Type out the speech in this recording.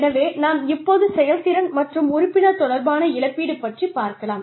எனவே நாம் இப்போது செயல்திறன் மற்றும் உறுப்பினர் தொடர்பான இழப்பீடு பற்றிப்பார்க்கலாம்